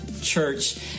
church